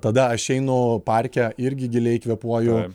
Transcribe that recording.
tada aš einu parke irgi giliai kvėpuoju